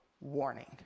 warning